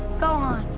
gohan.